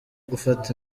gufata